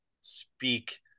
speak